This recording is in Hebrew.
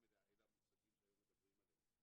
מלאה אלה המושגים שהיום מדברים עליהם,